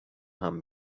haben